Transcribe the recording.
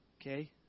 okay